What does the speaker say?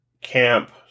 Camp